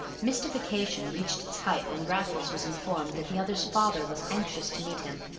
mystification reached its height when raffles was informed that the other's father was anxious to meet him,